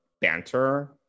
banter